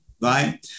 Right